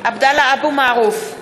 (קוראת בשמות חברי הכנסת) עבדאללה אבו מערוף,